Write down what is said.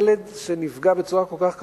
ילד שנפגע בצורה כל כך קשה,